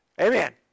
Amen